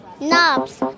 knobs